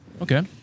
Okay